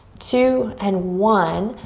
two, and one.